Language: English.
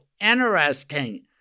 interesting